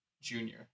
junior